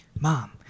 Mom